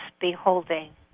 beholding